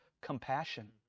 compassion